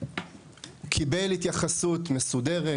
קיבל התייחסות מסודרת,